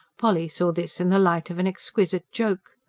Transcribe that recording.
polly saw this in the light of an exquisite joke.